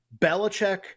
Belichick